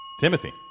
Timothy